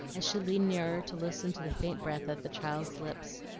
as she leaned nearer to listen to the faint breath at the child's lips.